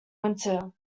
winter